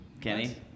Kenny